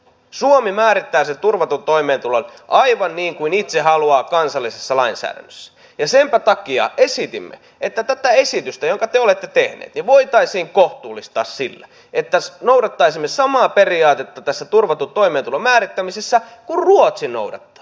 suomi määrittää sen turvatun toimeentulon aivan niin kuin itse haluaa kansallisessa lainsäädännössä ja senpä takia esitimme että tätä esitystä jonka te olette tehneet voitaisiin kohtuullistaa sillä että noudattaisimme samaa periaatetta tässä turvatun toimeentulon määrittämisessä kuin ruotsi noudattaa